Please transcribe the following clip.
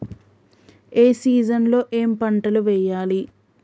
ఏ season లో ఏం పంటలు వెయ్యాలి?